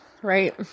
Right